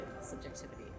subjectivity